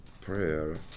prayer